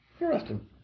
Interesting